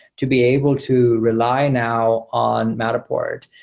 to be able to rely now on matterport.